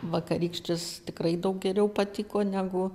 vakarykštis tikrai daug geriau patiko negu